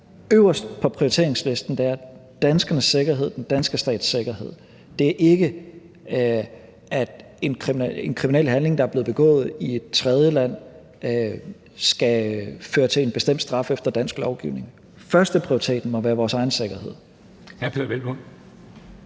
øverst på prioriteringslisten har danskernes og den danske stats sikkerhed; det er ikke, at en kriminel handling, der er blevet begået i et tredjeland, skal føre til en bestemt straf efter dansk lovgivning. Førsteprioriteten må være vores egen sikkerhed.